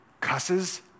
cusses